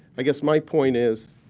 i guess my point is,